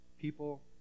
people